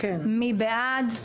מי בעד?